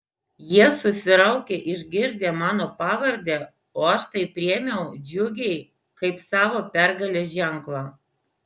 jie susiraukė išgirdę mano pavardę o aš tai priėmiau džiugiai kaip savo pergalės ženklą